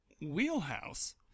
wheelhouse